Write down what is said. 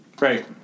Right